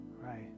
Right